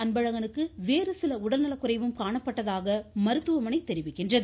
அன்பழகனுக்கு வேறு சில உடல்நலக்குறைவும் காணப்பட்டதாக மருத்துவமனை தெரிவிக்கின்றது